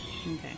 Okay